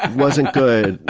and wasn't good.